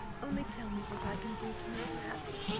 only tell me what i can do to make you happy,